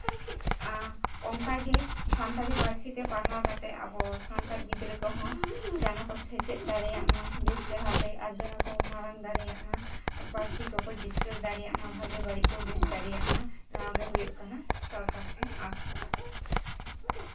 ᱚᱱᱠᱟᱜᱮ ᱥᱟᱱᱛᱟᱲᱤ ᱯᱟᱹᱨᱥᱤᱛᱮ ᱯᱟᱲᱦᱟᱣ ᱠᱟᱛᱮ ᱟᱵᱚ ᱥᱟᱱᱛᱟᱲ ᱜᱤᱫᱽᱨᱟᱹ ᱠᱚᱦᱚᱸ ᱡᱮᱱᱚᱠᱚ ᱥᱮᱪᱮᱫ ᱫᱟᱲᱮᱭᱟᱜ ᱢᱟ ᱵᱮᱥ ᱪᱮᱨᱦᱟᱛᱮ ᱟᱨ ᱡᱮᱱᱚ ᱠᱚ ᱢᱟᱨᱟᱝ ᱫᱟᱲᱮᱭᱟᱜ ᱢᱟ ᱯᱟᱹᱨᱥᱤ ᱠᱚᱠᱚ ᱡᱤᱛᱠᱟᱹᱨ ᱫᱟᱲᱮᱭᱟᱜ ᱢᱟ ᱵᱷᱟᱜᱮ ᱵᱟᱹᱲᱤᱡ ᱠᱚ ᱵᱩᱡ ᱫᱟᱲᱮᱭᱟᱜ ᱢᱟ ᱱᱚᱣᱟᱜᱮ ᱦᱩᱭᱩᱜ ᱠᱟᱱᱟ ᱥᱚᱨᱠᱟᱨ ᱴᱷᱮᱱ ᱟᱥ ᱫᱚ